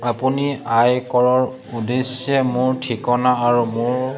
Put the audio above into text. আপুনি আয়কৰৰ উদ্দেশ্যে মোৰ ঠিকনা আৰু মোৰ